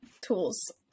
tools